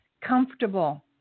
comfortable